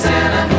Santa